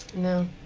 no.